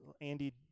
Andy